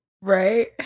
Right